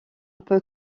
peut